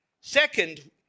Second